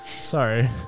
sorry